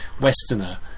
westerner